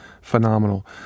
phenomenal